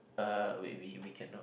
uh wait we we cannot